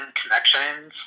connections